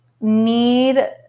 need